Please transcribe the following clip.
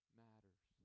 matters